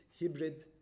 hybrid